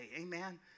Amen